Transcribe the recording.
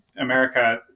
America